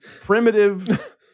primitive